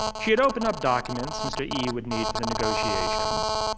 she had opened up documents mr. yi would need for the negotiations.